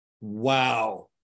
Wow